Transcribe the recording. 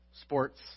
sports